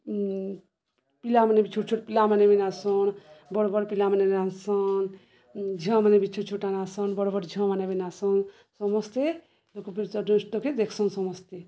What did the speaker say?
ପିଲାମାନେ ବି ଛୋଟଛୋଟ ପିଲାମାନେ ବି ନାଚସନ୍ ବଡ଼ ବଡ଼ ପିଲାମାନେ ନାଚସନ୍ ଝିଅମାନେ ବି ଛୋଟ ଛୋଟା ନାଚସନ୍ ବଡ଼ ବଡ଼ ଝିଅମାନେ ବି ନାଚସନ୍ ସମସ୍ତେ ଲୋକପ୍ରିୟ ଦୃଷ୍ଟକେ ଦେଖ୍ସନ୍ ସମସ୍ତେ